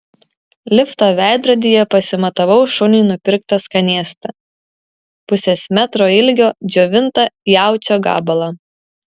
lifto veidrodyje pasimatavau šuniui nupirktą skanėstą pusės metro ilgio džiovintą jaučio gabalą